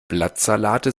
blattsalate